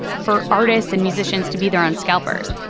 for artists and musicians to be their own scalpers.